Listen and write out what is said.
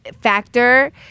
factor